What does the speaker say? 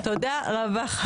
תודה רבה.